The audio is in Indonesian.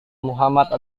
muhammad